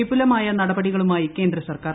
വിപുലമായ നടപടികളുമായി കേന്ദ്ര സർക്കാർ